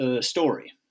story